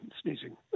sneezing